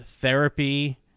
therapy